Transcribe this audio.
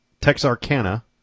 Texarkana